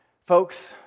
Folks